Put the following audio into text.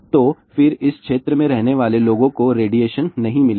तो फिर इस क्षेत्र में रहने वाले लोगों को रेडिएशन नहीं मिलेगा